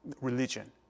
Religion